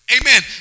Amen